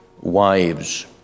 wives